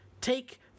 take